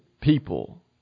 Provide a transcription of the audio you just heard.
people